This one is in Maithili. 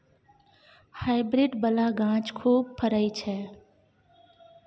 हाईब्रिड बला गाछ खूब फरइ छै